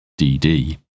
DD